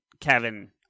Kevin